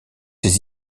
ces